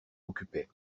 occupait